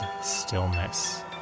stillness